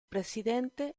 presidente